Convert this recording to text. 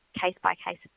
case-by-case